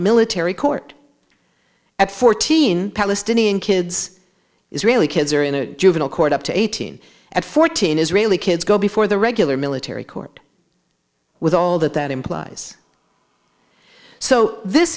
military court at fourteen palestinian kids israeli kids are in a juvenile court up to eighteen at fourteen israeli kids go before the regular military court with all that that implies so this